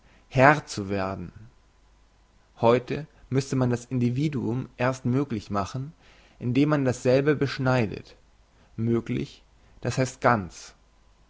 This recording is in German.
herr zu werden heute müsste man das individuum erst möglich machen indem man dasselbe beschneidet möglich das heisst ganz